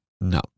no